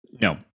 No